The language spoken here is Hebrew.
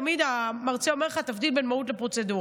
תמיד המרצה אומר לך: תבדיל בין מהות לפרוצדורה.